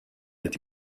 ati